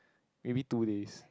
maybe two days